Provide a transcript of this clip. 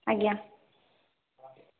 ଆଜ୍ଞା